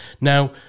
Now